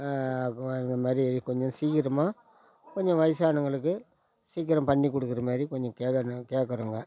இது மாதிரி கொ கொஞ்சம் சீக்கிரமாக கொஞ்சம் வயதானவங்களுக்கு சீக்கிரம் பண்ணி கொடுக்குற மாரி கொஞ்சம் கேக்குறன் கேட்குறோங்க